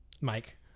Mike